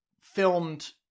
filmed